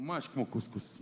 ממש כמו קוסקוס.